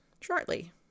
shortly